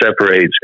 separates